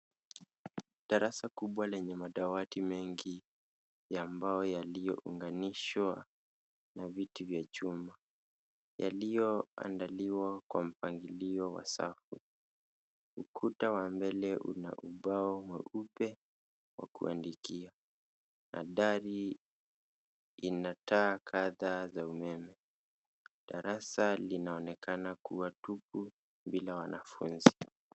Darasa kubwa lenye madawati mengi ya mbao yaliounganishwa na vitu vya chuma. Yaliyoandaliwa kwa mpangilio wa safa. Ukuta wa mbele una ubao mweupe wa kuandikia. Mandhali ina taa kadha za umeme. Darasa linaonekana kuwa tupu bila wanafunzi.